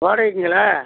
வாடகைக்குங்களா